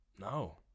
No